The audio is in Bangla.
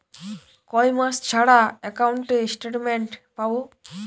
কয় মাস ছাড়া একাউন্টে স্টেটমেন্ট পাব?